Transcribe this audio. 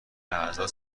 لحظات